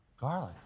Garlic